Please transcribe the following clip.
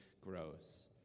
grows